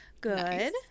good